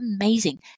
amazing